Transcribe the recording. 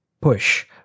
push